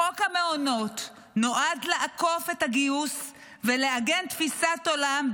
חוק המעונות נועד לעקוף את הגיוס ולעגן תפיסת עולם,